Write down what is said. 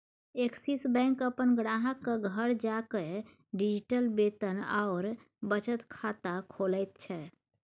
axis bank अपन ग्राहकक घर जाकए डिजिटल वेतन आओर बचत खाता खोलैत छै